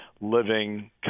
living